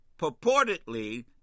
purportedly